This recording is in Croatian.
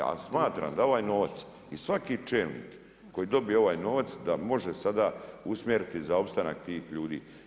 A smatram da ovaj novac i svaki čelnik koji dobije ovaj novac, da može sada usmjeriti za opstanak tih ljudi.